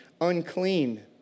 unclean